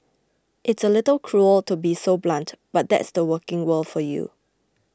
it's a little cruel to be so blunt but that's the working world for you